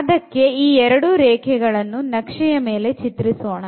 ಅದಕ್ಕೆ ಈ 2 ರೇಖೆಗಳನ್ನು ನಕ್ಷೆಯ ಮೇಲೆ ಚಿತ್ರ ಸೋಣ